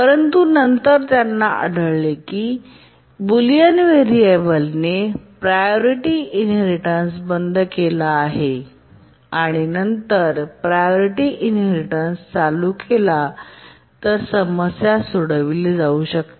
परंतु नंतर त्यांना आढळले की बुलियन व्हेरिएबलने प्रायोरिटी इनहेरिटेन्स बंद केला आहे आणि नंतर प्रायोरिटी इनहेरिटेन्स चालू केला तर समस्या सोडविली जाऊ शकते